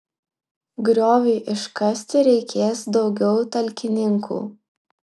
grioviui iškasti reikės daugiau talkininkų